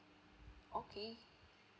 okay